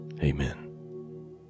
Amen